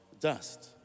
dust